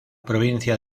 provincia